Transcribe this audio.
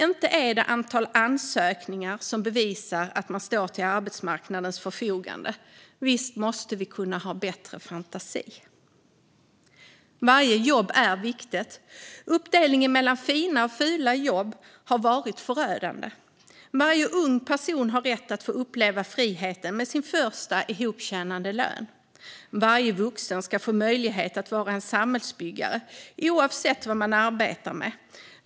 Det är inte antalet ansökningar som bevisar att man står till arbetsmarknadens förfogande. Visst måste vi kunna ha bättre fantasi. Varje jobb är viktigt. Uppdelningen mellan fina och fula jobb har varit förödande. Varje ung person har rätt att få uppleva friheten med sin första ihoptjänade lön. Varje vuxen ska få möjlighet att vara en samhällsbyggare, oavsett vad man arbetar med.